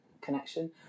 connection